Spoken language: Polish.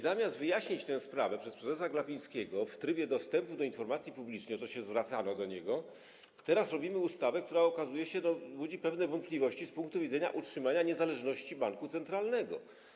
Zamiast wyjaśnić tę sprawę przez prezesa Glapińskiego w trybie dostępu do informacji publicznej, zamiast zwrócić się do niego, teraz robimy ustawę, która, okazuje się, budzi pewne wątpliwości z punktu widzenia utrzymania niezależności banku centralnego.